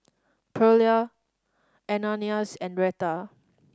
Pearla Ananias and Reta